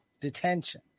detention